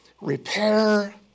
repair